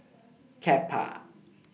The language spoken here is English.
Kappa